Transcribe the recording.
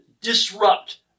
disrupt